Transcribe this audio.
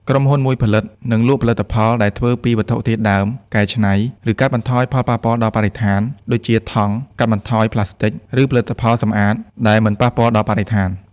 ក្រុមហ៊ុនមួយផលិត និងលក់ផលិតផលដែលធ្វើពីវត្ថុធាតុដើមកែច្នៃ ឬកាត់បន្ថយផលប៉ះពាល់ដល់បរិស្ថាន ដូចជាថង់កាត់បន្ថយប្លាស្ទិក ឬផលិតផលសំអាតដែលមិនប៉ះពាល់ដល់បរិស្ថាន។